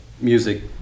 music